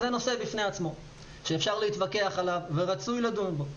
זה נושא בפני עצמו שאפשר להתווכח עליו ורצוי לדון בו.